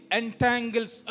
entangles